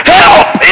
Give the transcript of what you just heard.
help